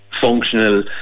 functional